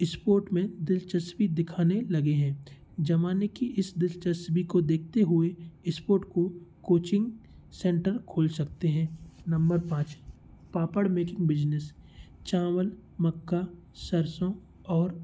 sport में दिलचस्पी दिखाने लगे हैं ज़माने की इस दिलचस्पी को देखते हुए इस्पोट के कोचिंग सेंटर खोल सकते हैं नंबर पाँच पापड़ मेकिंग बिजनेस चावल मकई सरसों और